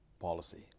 policy